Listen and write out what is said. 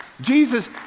Jesus